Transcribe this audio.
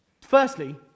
Firstly